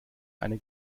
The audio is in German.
eine